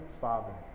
Father